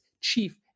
chief